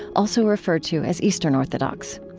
also referred to as eastern orthodox.